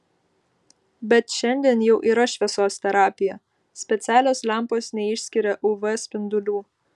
bet šiandien jau yra šviesos terapija specialios lempos neišskiria uv spindulių